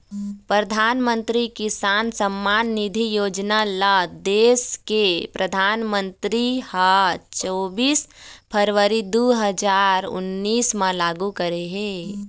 परधानमंतरी किसान सम्मान निधि योजना ल देस के परधानमंतरी ह चोबीस फरवरी दू हजार उन्नीस म लागू करे हे